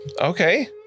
Okay